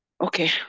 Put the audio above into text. Okay